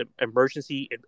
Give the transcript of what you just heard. emergency